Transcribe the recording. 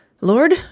Lord